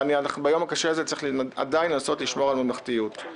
וביום הקשה צריך עדיין לנסות לשמור על ממלכתיות.